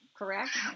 correct